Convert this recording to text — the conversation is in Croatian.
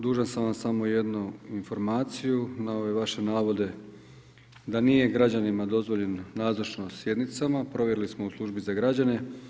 Dužan sam vam samo jednu informaciju na ove vaše navode, da nije građanima dozvoljen nazočnost sjednicama, provjerili smo u službi za građane.